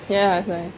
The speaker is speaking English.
ya that's why